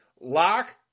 Lock